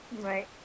Right